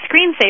screensaver